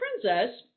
princess